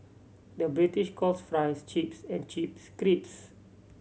the British calls fries chips and chips crisps